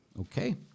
Okay